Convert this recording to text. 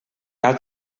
cal